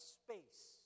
space